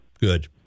Good